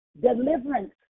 deliverance